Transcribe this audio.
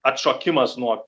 atšokimas nuo